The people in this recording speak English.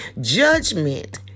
judgment